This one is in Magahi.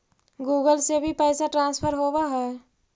गुगल से भी पैसा ट्रांसफर होवहै?